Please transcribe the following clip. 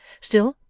still,